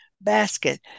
basket